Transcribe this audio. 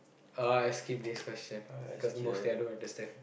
uh I'll skip this question cause mostly I don't understand